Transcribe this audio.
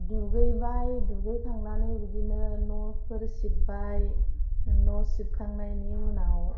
दुगैबाय दुगै खांनानै बिदिनो न'फोर सिबबाय न' सिबखांनायनि उनाव